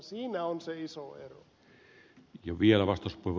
siinä on se iso ero